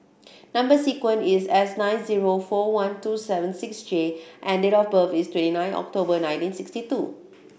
number sequence is S nine zero four one two seven six J and date of birth is twenty nine October nineteen sixty two